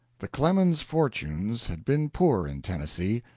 the clemens fortunes had been poor in tennessee.